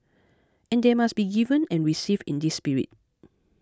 and they must be given and received in this spirit